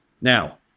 Now